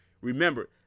Remember